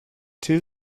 two